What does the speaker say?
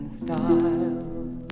style